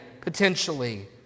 potentially